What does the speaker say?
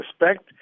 respect